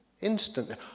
instantly